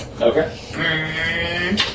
Okay